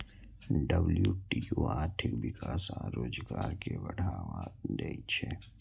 WTO आर्थिक विकास आ रोजगार कें बढ़ावा दै छै